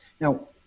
Now